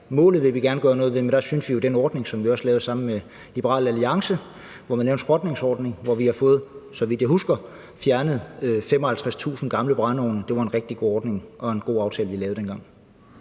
her. Vi vil gerne gøre noget i forhold til målet, og der synes vi jo, at den ordning, som vi også lavede sammen med Liberal Alliance, hvor vi lavede en skrotningsordning, og hvor vi har fået, så vidt jeg husker, fjernet 55.000 gamle brændeovne, var en rigtig god ordning og en god aftale, vi lavede dengang.